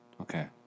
Okay